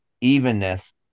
evenness